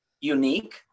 unique